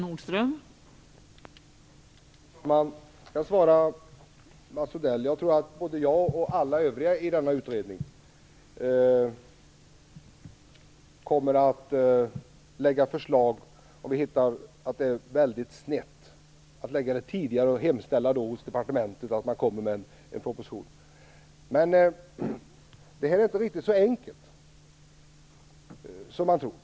Fru talman! Jag skall svara Mats Odell. Jag tror att både jag och övriga i denna utredning kommer, om det visar sig att man har hamnat väldigt snett, att hemställa hos departementet att regeringen lägger fram en proposition. Men det här är inte riktigt så enkelt som man tror.